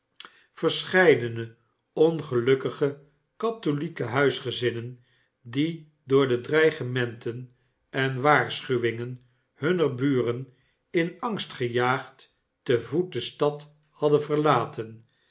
verscheidene ongelukkige katholieke huisgezinnen die door de dreigementen en waarschuwingen hunner buren in angst gejaagd te voet de stad hadden verlaten